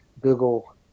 google